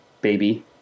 baby